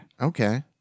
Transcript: okay